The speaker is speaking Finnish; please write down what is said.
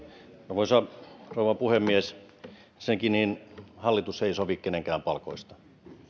arvoisa rouva puhemies ensinnäkään hallitus ei sovi kenenkään palkoista